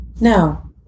No